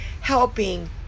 helping